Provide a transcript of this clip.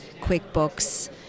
QuickBooks